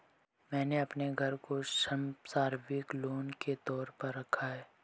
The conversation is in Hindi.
मैंने अपने घर को संपार्श्विक लोन के तौर पर रखा है